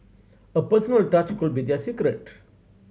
a personal touch could be their secret